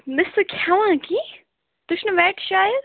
نہٕ چھُ سُہ کھیٚوان کیٚنٛہہ تُہۍ چھُو نا وٮ۪ٹ شایَد